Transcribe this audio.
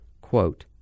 Quote